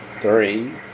three